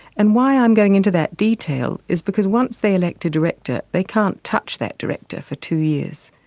and why i'm going into that detail is because once they elect a director, they can't touch that director for two years.